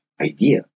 idea